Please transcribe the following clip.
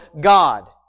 God